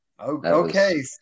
okay